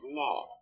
law